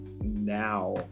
now